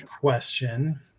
question